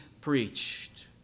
preached